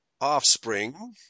offspring